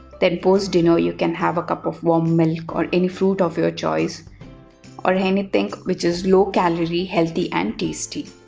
then post dinner you can have a cup of warm milk called or any fruit of your choice or anything which is low calorie healthy and tasty.